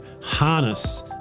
harness